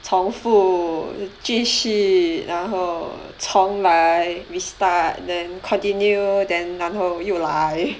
重复继续然后从来 restart then continue then 然后又来